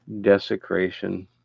desecration